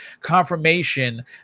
confirmation